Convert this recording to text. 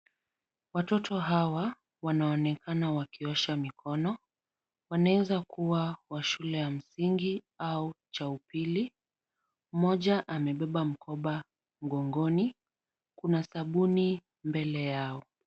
Watoto hawa wanaonekana wakiosha mikono. Wanaweza kuwa wa shule ya msingi au cha upili. Mmoja amebeba mkoba mgongoni. Kuna sabuni mbele yao.